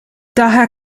daher